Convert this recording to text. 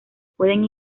pueden